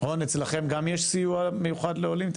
רון אצלכם גם יש סיוע מיוחד לעולים?